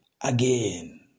again